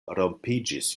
rompiĝis